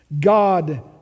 God